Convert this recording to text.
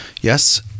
Yes